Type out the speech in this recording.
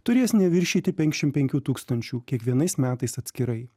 turės neviršyti penkiasdešim penkių tūkstančių kiekvienais metais atskirai